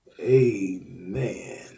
Amen